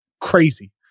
crazy